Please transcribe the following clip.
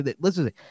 Listen